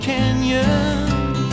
Canyon